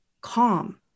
calm